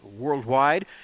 Worldwide